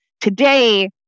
today